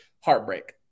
heartbreak